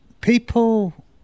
people